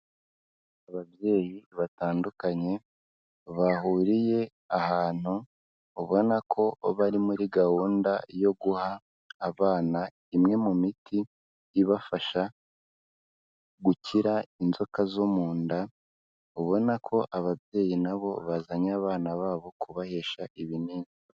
Ababyeyi batandukanye, bahuriye ahantu, ubona ko bari muri gahunda yo guha abana imwe mu miti ibafasha gukira inzoka zo mu nda, ubona ko ababyeyi na bo bazanye abana babo kubahesha ibinini.